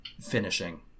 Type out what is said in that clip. finishing